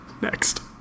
Next